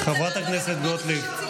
חברת הכנסת גוטליב,